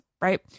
right